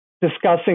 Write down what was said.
discussing